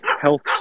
health